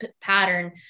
pattern